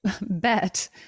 bet